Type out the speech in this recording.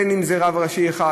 בין שזה רב ראשי אחד,